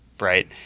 right